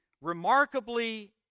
remarkably